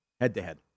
head-to-head